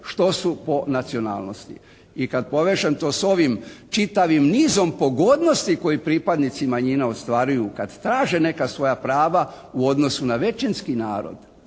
što su po nacionalnosti. I kad povežem to s ovim čitavim nizom pogodnosti koji pripadnici manjina ostvaruju kad traže neka svoja prava u odnosu na većinski narod,